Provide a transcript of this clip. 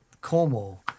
Cornwall